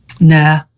Nah